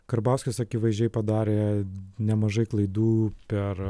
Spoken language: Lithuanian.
karbauskis akivaizdžiai padarė nemažai klaidų per